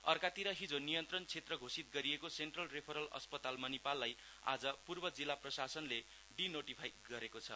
अर्कातिर हिजो नियन्त्रण क्षेत्र घोषित गरिएको सेन्ट्रल रेफरल अस्पताल मनिपाललाई आज पूर्व जिल्ला प्रशासनले डिनोटीफाई गरेको छ